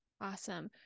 Awesome